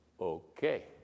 Okay